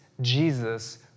Jesus